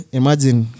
imagine